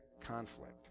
conflict